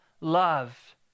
love